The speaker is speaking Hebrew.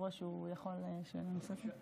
רוכב אופנוע נוסף,